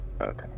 Okay